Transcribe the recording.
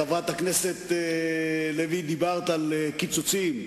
חברת הכנסת לוי, דיברת על קיצוצים.